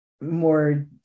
more